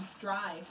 dry